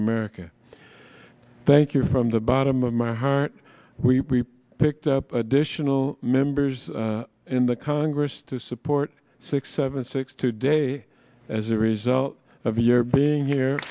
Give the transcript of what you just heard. america thank you from the bottom of my heart we picked up additional members in the congress to support six seven six today as a result of your being here